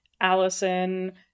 Allison